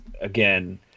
again